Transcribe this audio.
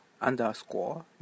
underscore